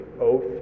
oath